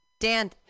Dan